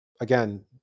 again